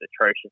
atrocious